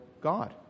God